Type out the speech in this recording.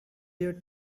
your